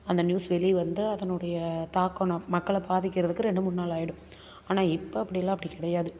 அந்த நியூஸ் வெளிய வந்து அதனுடைய தாக்கம் மக்களை பாதிக்கிறதுக்கு ரெண்டு மூணு நாள் ஆகிடும் ஆனால் இப்போ அப்படிலாம் அப்படி கிடையாது